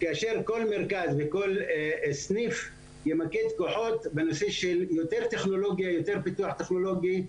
כאשר כל מרכז וכל סניף ימקד כוחות ביותר פיתוח טכנולוגי,